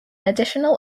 additional